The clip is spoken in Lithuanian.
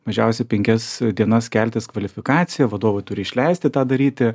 mažiausiai penkias dienas keltis kvalifikaciją vadovai turi išleisti tą daryti